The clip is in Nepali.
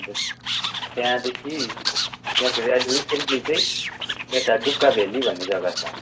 त्यहाँदेखि त्यहाँ छोडेर अहिले रिसेन्टली चाहिँ यता डुक्का भेल्ली भन्ने जग्गा छ